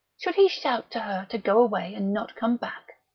should he shout to her to go away and not come back?